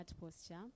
posture